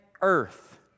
earth